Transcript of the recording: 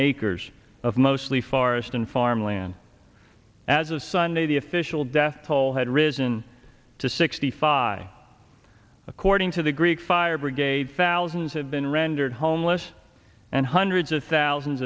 acres of mostly forest and farmland as of sunday the official death toll had risen to sixty five according to the greek fire brigade thousands have been rendered homeless and hundreds of thousands